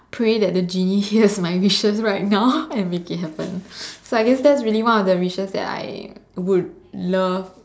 pray that the genie hears my wishes right now and make it happen so I guess that's really one of the wishes that I would love